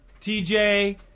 TJ